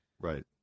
Right